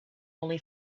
only